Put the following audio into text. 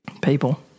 People